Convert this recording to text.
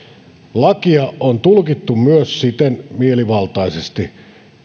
lakia on tulkittu myös siten mielivaltaisesti